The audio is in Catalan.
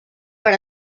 per